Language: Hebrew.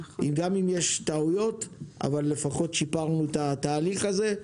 גם אם יש טעויות לפחות שיפרנו את התהליך הזה.